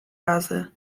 razy